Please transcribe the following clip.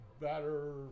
better